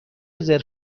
رزرو